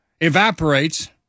evaporates